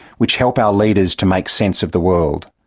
which help our leaders to make sense of the world.